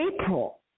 April